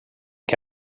què